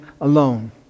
alone